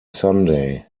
sunday